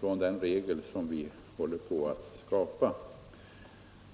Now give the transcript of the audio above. från den regel som vi håller på att skapa.